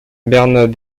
bernat